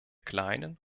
kleinen